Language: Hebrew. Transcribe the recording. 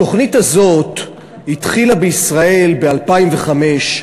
התוכנית הזאת התחילה בישראל ב-2005,